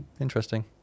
interesting